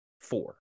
four